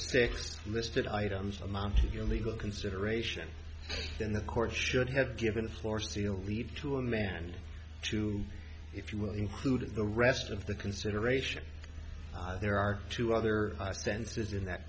six listed items amount to your legal consideration then the court should have given a floor seal read to a man two if you will include in the rest of the consideration there are two other senses in that